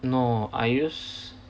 no I use